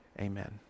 Amen